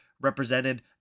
represented